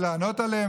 ולענות עליהן,